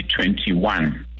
2021